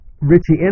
Richie